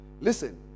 Listen